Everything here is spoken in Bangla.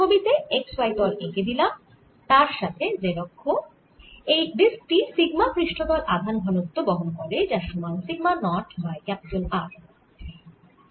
ছবি তে x y তল এঁকে দিলাম তার সাথে z অক্ষ এই ডিস্ক টি সিগমা পৃষ্ঠতল আধান ঘনত্ব বহন করে যার সমান সিগমা নট বাই R